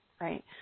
right